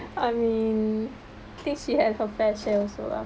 I mean okay she has her fair share also lah